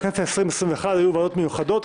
בכנסות ה-20 וה-21 היו ועדות מיוחדות,